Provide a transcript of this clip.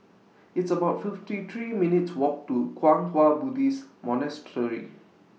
It's about fifty three minutes' Walk to Kwang Hua Buddhist Monastery